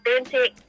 authentic